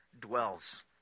dwells